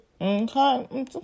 okay